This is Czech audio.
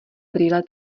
brýle